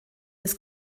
des